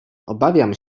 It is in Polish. obawiam